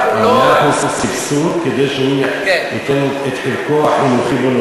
100% סבסוד כדי שהוא ייתן את חלקו החינוכי,